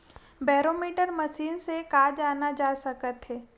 Barometer machine से का जाना जा सकत हे?